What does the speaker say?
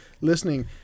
listening